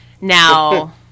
Now